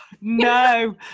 no